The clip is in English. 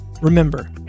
Remember